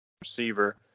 receiver